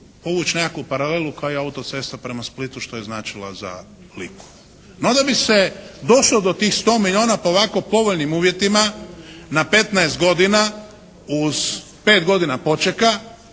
povući nekakvu paralelu kao i auto-cesta prema Splitu što je značila za Liku. No, da bi se došlo do tih 100 milijuna po ovako povoljnim uvjetima na 15 godina uz 5 godina počeka,